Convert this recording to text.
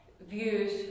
views